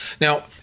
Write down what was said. Now